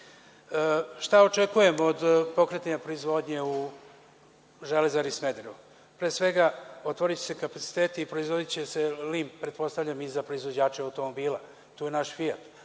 očekujemo od pokretanja proizvodnje u Železari Smederevo? Pre svega, otvoriće se kapaciteti i proizvodiće se lim, pretpostavljam i za proizvođače automobila. Tu je naš „Fijat“.